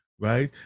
Right